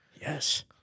Yes